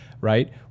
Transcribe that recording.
right